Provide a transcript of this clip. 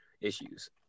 issues